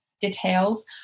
details